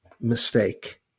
mistake